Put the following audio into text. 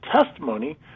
testimony